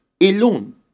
alone